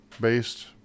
based